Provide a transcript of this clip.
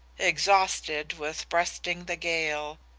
exhausted with breasting the gale,